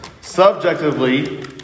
Subjectively